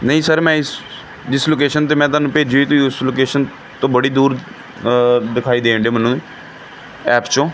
ਨਹੀਂ ਸਰ ਮੈਂ ਇਸ ਜਿਸ ਲੋਕੇਸ਼ਨ 'ਤੇ ਮੈਂ ਤੁਹਾਨੂੰ ਭੇਜੀ ਤੁਸੀਂ ਉਸ ਲੋਕੇਸ਼ਨ ਤੋਂ ਬੜੀ ਦੂਰ ਦਿਖਾਈ ਦੇਣ ਡੇ ਹੋ ਮੈਨੂੰ ਐਪ 'ਚੋਂ